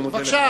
אני מודה לך.